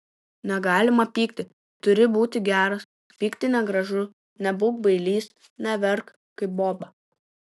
negalima pykti turi būti geras pykti negražu nebūk bailys neverk kaip boba